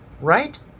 right